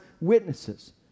witnesses